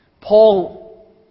Paul